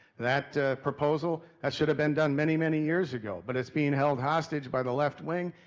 that proposal, that should have been done many many years ago. but it's being held hostage by the left wing,